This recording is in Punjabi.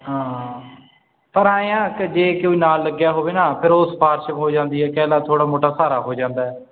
ਹਾਂ ਪਰ ਐਂ ਆ ਕਿ ਜੇ ਕੋਈ ਨਾ ਲੱਗਿਆ ਹੋਵੇ ਨਾ ਫਿਰ ਉਹ ਸਿਫਾਰਿਸ਼ ਹੋ ਜਾਂਦੀ ਹੈ ਕਹਿਲਾ ਥੋੜ੍ਹਾ ਮੋਟਾ ਸਹਾਰਾ ਹੋ ਜਾਂਦਾ